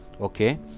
okay